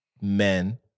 Men